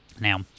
Now